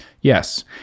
Yes